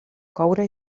coure